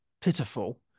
pitiful